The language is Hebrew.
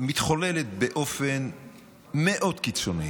שמתחוללת באופן מאוד קיצוני